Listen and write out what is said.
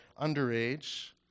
underage